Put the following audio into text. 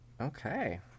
Okay